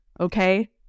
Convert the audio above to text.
okay